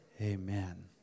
Amen